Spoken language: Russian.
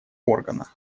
органа